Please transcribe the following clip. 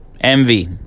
envy